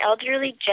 elderly